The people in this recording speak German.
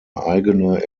eigene